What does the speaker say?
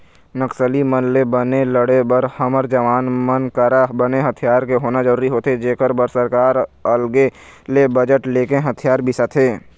नक्सली मन ले बने लड़े बर हमर जवान मन करा बने हथियार के होना जरुरी होथे जेखर बर सरकार ह अलगे ले बजट लेके हथियार बिसाथे